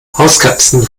hauskatzen